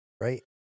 right